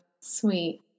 Sweet